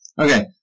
Okay